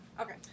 Okay